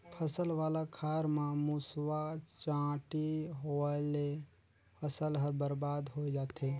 फसल वाला खार म मूसवा, चांटी होवयले फसल हर बरबाद होए जाथे